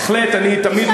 חברת הכנסת